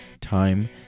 time